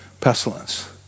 pestilence